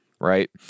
Right